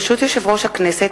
ברשות יושב-ראש הכנסת,